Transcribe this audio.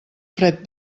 fred